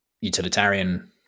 utilitarian